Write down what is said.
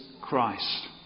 Christ